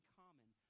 common